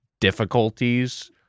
difficulties